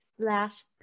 slash